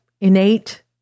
innate